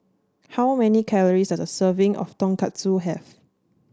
how many calories does serving of Tonkatsu have